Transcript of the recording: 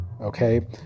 Okay